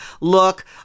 look